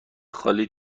خالی